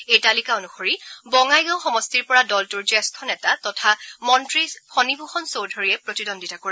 এই তালিকা অনুসৰি বঙাইগাঁও সমষ্টিৰ পৰা দলটোৰ জ্যেষ্ঠ নেতা তথা মন্ত্ৰী ফণীভূষণ চৌধুৰীয়ে প্ৰতিদ্বন্দ্বিতা কৰিব